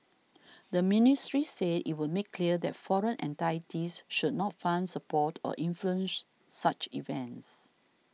the ministry said it would make clear that foreign entities should not fund support or influence such events